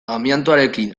amiantoarekin